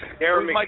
Aaron